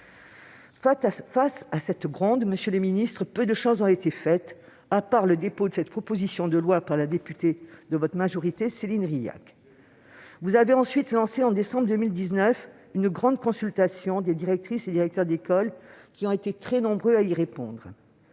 Face à cette situation, peu de choses ont été faites, monsieur le ministre, à part le dépôt de cette proposition de loi par la députée de votre majorité Cécile Rilhac. Vous avez ensuite lancé, en décembre 2019, une grande consultation des directrices et directeurs d'école, qui ont été très nombreux à répondre.